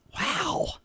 Wow